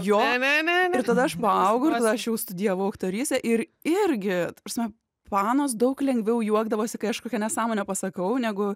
jo ir tada aš paaugau ir tada aš jau studijavau aktorystę ir irgi ta prasme fanas daug lengviau juokdavosi kai aš kokią nesąmonę pasakau negu